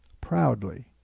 proudly